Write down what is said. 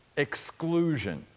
exclusion